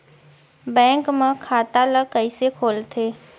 Bank म खाता ल कइसे खोलथे?